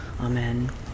amen